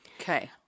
Okay